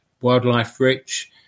wildlife-rich